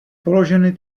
položeny